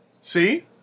See